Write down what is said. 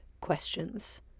questions